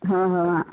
हं हं हा